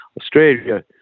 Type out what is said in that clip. Australia